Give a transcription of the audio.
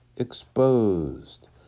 Exposed